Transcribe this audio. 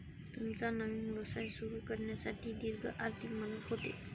तुमचा नवीन व्यवसाय सुरू करण्यासाठी दीर्घ आर्थिक मदत होते